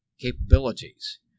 capabilities